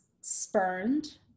spurned